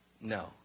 No